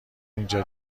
اینجا